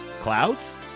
clouds